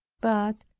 but,